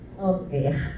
Okay